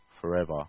forever